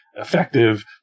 effective